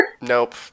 nope